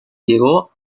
llegó